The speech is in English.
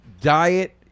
Diet